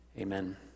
Amen